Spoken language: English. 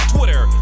Twitter